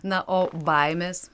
na o baimės